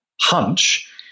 hunch